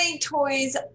toys